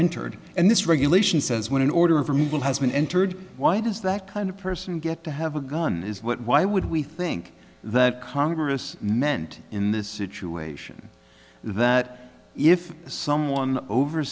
entered and this regulation says when an order from bill has been entered why does that kind of person get to have a gun is what why would we think that congress meant in this situation that if someone over